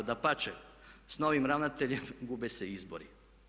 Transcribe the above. Dapače, s novim ravnateljem gube se izbori.